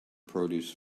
produce